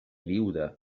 viuda